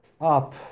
up